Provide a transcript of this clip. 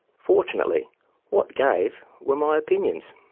fortunately what gave were my opinions.